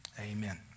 amen